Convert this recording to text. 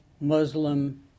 Muslim